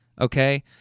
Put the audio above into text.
okay